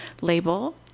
label